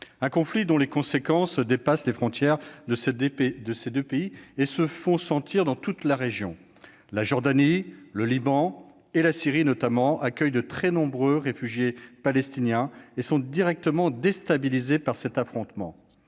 un conflit dont les conséquences dépassent les frontières de ces deux pays et se font sentir dans toute la région. La Jordanie, le Liban et la Syrie, notamment, accueillent de très nombreux réfugiés palestiniens et sont directement déstabilisés par cet affrontement.